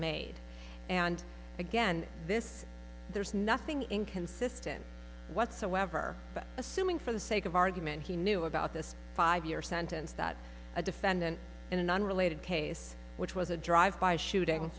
made and again this there's nothing inconsistent whatsoever but assuming for the sake of argument he knew about this five year sentence that a defendant in an unrelated case which was a drive by shooting